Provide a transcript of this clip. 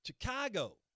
Chicago